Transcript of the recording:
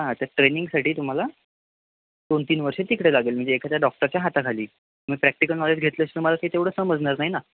हां तर ट्रेनिंगसाठी तुम्हाला दोन तीन वर्षे तिकडे लागेल म्हणजे एखाद्या डॉक्टरच्या हाताखाली म प्रॅक्टिकल नॉलेज घेतल्याशिवाय मला काही तेवढं समजणार नाही ना